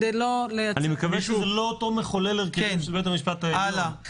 אני מקווה שזה לא אותה תכנה של בית המשפט העליון...